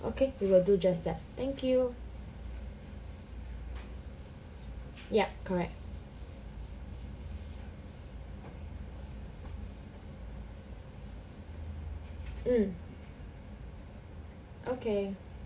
okay we will do just that thank you yup correct mm okay